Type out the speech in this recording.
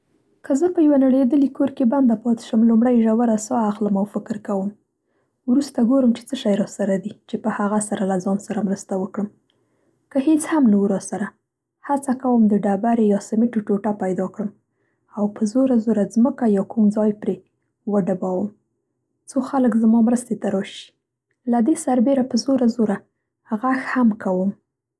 که زه په یوه نړېدلي کور کې بنده پاتې شم، لومړی ژوره ساء اخلم او فکر کوم. وروسته ګورم چې څه شی راسره دي چې په هغه سره له ځان سره مرسته وکړم. که هېڅ هم نه وو راسره هڅه کوم د ډبرې یا سمټو ټوټه پیدا کړم او په زوره زوره ځمکه یا کوم ځای پرې وډبوم، څو خلک زما مرستې ته راشي. له دې سربېره په زوره زوره غږ هم کوم.